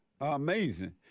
Amazing